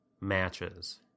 matches